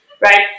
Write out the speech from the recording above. right